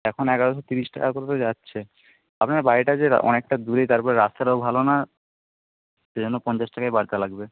এখন এগারোশো তিরিশ টাকা করে তো যাচ্ছে আপনার বাড়িটা যে অনেকটা দূরে তারপর রাস্তাটাও ভালো না সেজন্য পঞ্চাশ টাকাই বার্তা লাগবে